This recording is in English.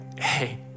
hey